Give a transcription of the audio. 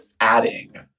adding